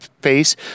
face